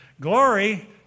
Glory